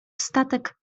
statek